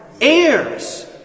Heirs